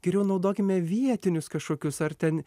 geriau naudokime vietinius kažkokius ar ten